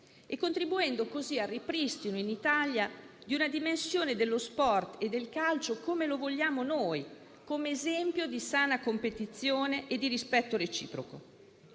Si contribuisce così al ripristino in Italia di una dimensione dello sport e del calcio come la vogliamo noi, esempio di sana competizione e di rispetto reciproco.